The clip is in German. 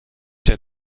der